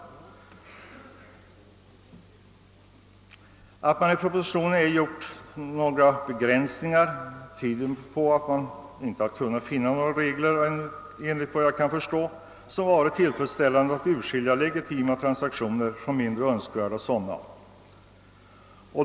Att man i propositionen inte föreslagit några begränsningar tyder på att man inte kunnat finna några tillfredsställande regler för att skilja legitima transaktioner från mindre önskvärda.